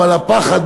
אבל הפחד,